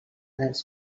dels